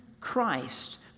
Christ